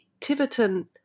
Tiverton